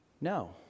No